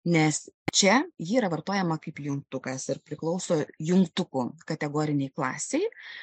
nes čia ji yra vartojama kaip jungtukas ar priklauso jungtukų kategoriniai klasei